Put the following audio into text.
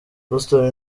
houston